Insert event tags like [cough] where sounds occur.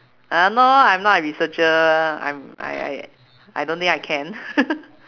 uh no I'm not a researcher I'm I I I don't think I can [laughs]